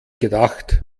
gedacht